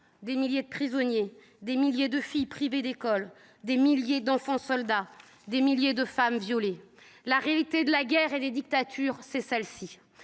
des milliers de prisonniers, des milliers de filles privées d’école, des milliers d’enfants soldats, des milliers de femmes violées. Telle est la réalité de la guerre et des dictatures. Là encore,